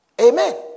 Amen